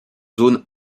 zone